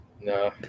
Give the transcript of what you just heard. No